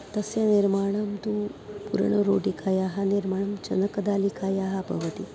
तस्य निर्माणं तु पूरणरोटिकायाः निर्माणं चणकदालिकायाः भवति